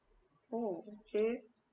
oh okay